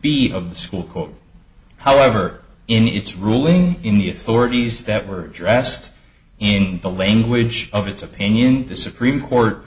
b of the school however in its ruling in the authorities that were dressed in the language of its opinion the supreme court